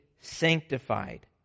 sanctified